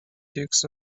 dukes